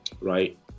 right